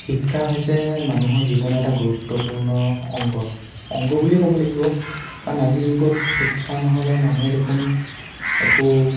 শিক্ষা হৈছে মানুহৰ জীৱনৰ এটা গুৰুত্বপূৰ্ণ অংগ অংগ বুলিয়ে ক'ব লাগিব কাৰণ আজিৰ যুগত শিক্ষা নহ'লে মানুহে দেখোন একো